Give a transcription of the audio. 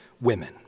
women